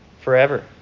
forever